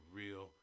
real